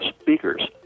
speakers